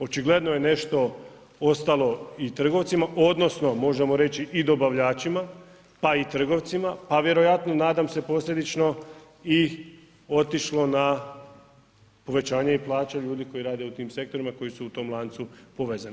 Očigledno je nešto ostalo i trgovcima, odnosno možemo reći i dobavljačima pa i trgovcima, a vjerojatno, nadam se posljedično i otišlo na povećanje plaća ljudi koji rade u tim sektorima koji su u tom lancu povezani.